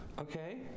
Okay